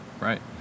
Right